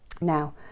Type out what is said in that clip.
Now